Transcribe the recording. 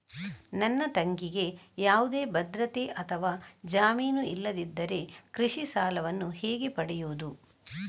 ನನ್ನ ತಂಗಿಗೆ ಯಾವುದೇ ಭದ್ರತೆ ಅಥವಾ ಜಾಮೀನು ಇಲ್ಲದಿದ್ದರೆ ಕೃಷಿ ಸಾಲವನ್ನು ಹೇಗೆ ಪಡೆಯುದು?